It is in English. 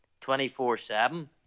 24-7